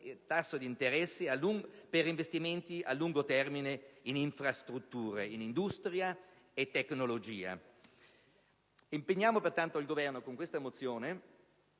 tasso d'interesse e a lungo termine in infrastrutture, industria e alta tecnologia. Impegniamo pertanto il Governo con questa mozione,